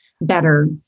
better